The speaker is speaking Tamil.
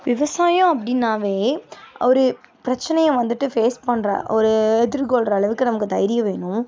விவசாயம் அப்டின்னாலே ஒரு பிரச்சனையை வந்துட்டு ஃபேஸ் பண்ணுற ஒரு எதிர்கொள்கிற அளவுக்கு நமக்கு தைரியம் வேணும்